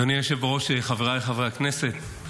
אדוני היושב-ראש, חבריי הכנסת,